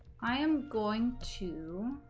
i am going to